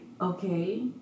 okay